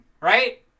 right